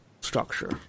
structure